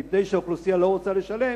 מפני שהאוכלוסייה לא רוצה לשלם,